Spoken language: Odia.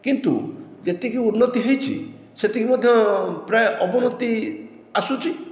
କିନ୍ତୁ ଯେତିକି ଉନ୍ନତି ହୋଇଛି ସେତିକି ମଧ୍ୟ ପ୍ରାୟ ଅବନତି ଆସୁଛି